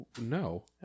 No